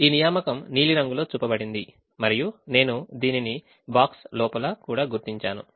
ఈ నియామకం నీలం రంగులో చూపబడింది మరియు నేను దానిని box లోపల కూడా గుర్తించాను